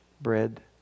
bread